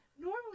normally